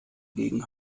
gegen